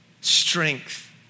strength